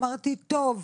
אמרתי טוב,